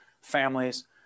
families